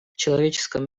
человеческом